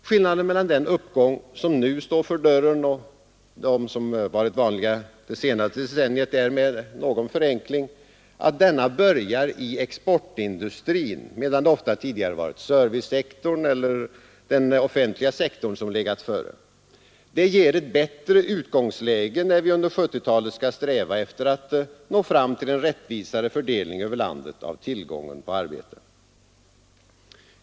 Skillnaden mellan den uppgång som nu står för dörren och de som varit det vanliga det senaste decenniet är, med någon förenkling, att den nu inledda uppgången börjar i exportindustrin medan det ofta tidigare varit servicesektorn eller den offentliga sektorn som legat före. Det ger ett bättre utgångsläge, när vi under 1970-talet skall sträva efter att nå fram till en rättvisare fördelning över landet av tillgången på arbete.